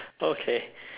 okay